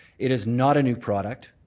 it is not a new product.